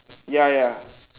ya ya